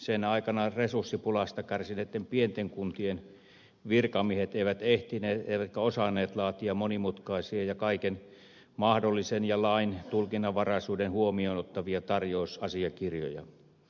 sen aikana resurssipulasta kärsineiden pienten kuntien virkamiehet eivät ehtineet eivätkä osanneet laatia monimutkaisia ja kaiken mahdollisen ja lain tulkinnanvaraisuuden huomioon ottavia tarjousasiakirjoja